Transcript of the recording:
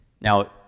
Now